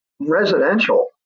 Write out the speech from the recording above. residential